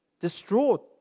distraught